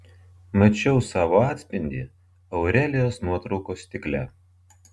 mačiau savo atspindį aurelijos nuotraukos stikle